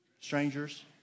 strangers